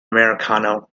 americano